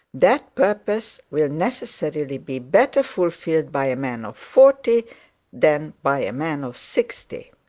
that purpose will necessarily be better fulfilled by a man of forty than by a man of sixty.